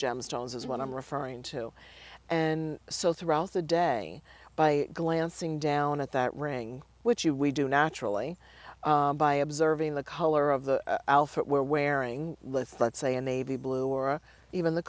gemstones is what i'm referring to and so throughout the day by glancing down at that ring which you we do naturally by observing the color of the we're wearing with let's say in a blue or even the